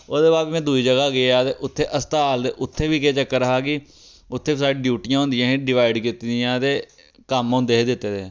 ओह्दे बाद में दूई जगह् गेआ ते उत्थै अस्पताल उत्थै बी केह् चक्कर हा कि उत्थे साढ़ियां डयूटियां होंदियां हियां डिवाइड कीती दियां ते कम्म होंदे हे दित्ते दे